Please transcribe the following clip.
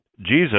Jesus